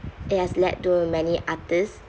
it has led to many artists